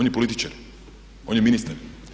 On je političar, on je ministar.